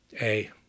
A-